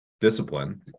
discipline